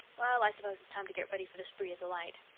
well, i suppose it's time to get ready for the spree at the light.